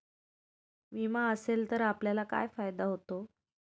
विमा असेल तर आपल्याला काय फायदा होतो?